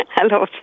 Hello